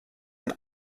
and